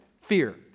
Fear